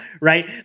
right